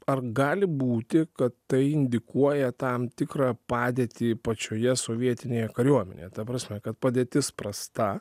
ar gali būti kad tai indikuoja tam tikrą padėtį pačioje sovietinėje kariuomenėje ta prasme kad padėtis prasta